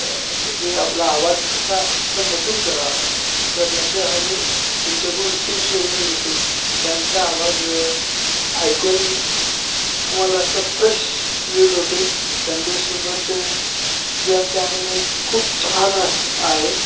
जे आपला आवाज कसा असं मधुर करा करण्याचे आम्ही त्यांच्याकडून टिप्स वगैरे घेतो त्यांचा आवाज ऐकून आम्हाला असं फ्रेश फील होते त्यांच्यासोबत जे आमचे अनुभव खूप छान असा आहे